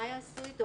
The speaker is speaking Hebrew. מה יעשו איתו?